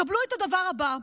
קבלו את הדבר הבא: